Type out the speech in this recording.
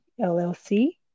LLC